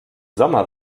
sommer